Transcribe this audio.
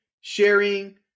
sharing